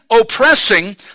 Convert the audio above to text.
oppressing